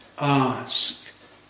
ask